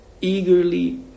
eagerly